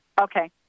Okay